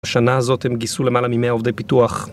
בשנה הזאת הם גיסו למעלה מ-100 עובדי פיתוח